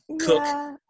cook